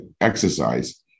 exercise